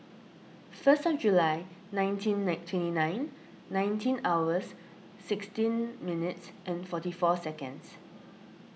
first July nineteen twenty nine nineteen hours sixteen minutes and forty four seconds